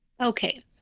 Okay